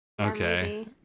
Okay